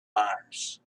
mars